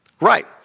Right